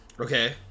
Okay